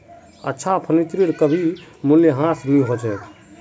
अच्छा फर्नीचरेर कभी मूल्यह्रास नी हो छेक